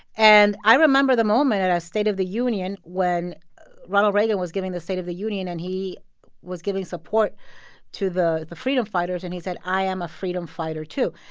and i remember the moment at a state of the union when ronald reagan was giving the state of the union, and he was giving support to the the freedom fighters and he said, i am a freedom fighter, too.